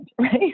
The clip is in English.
right